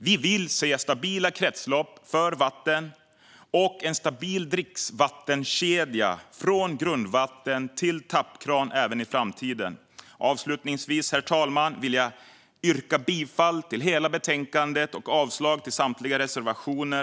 Vi vill se stabila kretslopp för vatten och en stabil dricksvattenkedja från grundvatten till tappkran även i framtiden. Avslutningsvis vill jag yrka bifall till hela förslaget i bänkandet och avslag på samtliga reservationer.